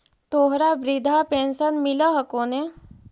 तोहरा वृद्धा पेंशन मिलहको ने?